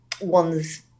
one's